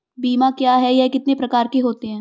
बीमा क्या है यह कितने प्रकार के होते हैं?